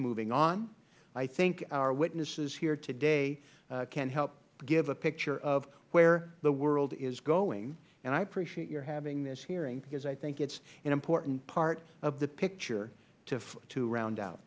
moving on i think our witnesses here today can help give a picture of where the world is going and i appreciate your having this hearing because i think it is an important part of the picture to round out